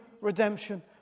redemption